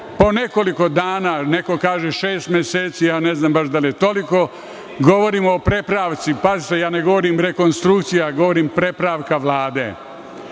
po nekoliko dana, neko kaže šest meseci, ne znam da li je toliko, govorimo o prepravci, pazite, ne govorim o rekonstrukciji, govorim prepravka